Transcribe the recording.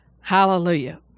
Hallelujah